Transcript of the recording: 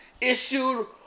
issued